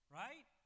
right